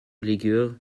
ligure